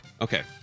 Okay